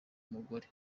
umugore